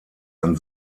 ein